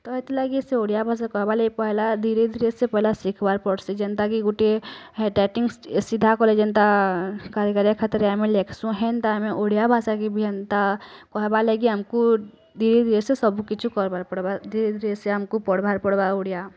ତ ହେତିଲାଗି ସେ ଓଡ଼ିଆଭାଷା କହେବା ଲାଗି ପହେଲା ଧୀରେ ଧୀରେ ସେ ପହେଲା ଶିଖବାର୍ ପଡ଼୍ସି ଯେନ୍ତା କି ଗୁଟେ ହେଟା ସିଧା କଲେ ଯେନ୍ତା ଗାରଗାରିଆ ଖାତାରେ ଆମେ ଲେଖସୁଁ ହେନ୍ତା ଆମେ ଓଡ଼ିଆଭାଷାକେ ବି ଏନ୍ତା କହେବା ଲାଗି ଆମକୁ ଧୀରେଧୀରେ ସେ ସବୁ କିଛୁ କରବାର୍ ପଡ଼୍ବା ଧୀରେଧୀରେ ସେ ଆମକୁ ପଢ଼୍ବାର୍ ପଡ଼୍ବା ଓଡ଼ିଆ